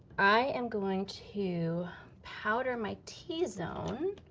i am going to powder my t-zone,